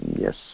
Yes